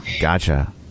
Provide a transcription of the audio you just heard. Gotcha